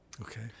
Okay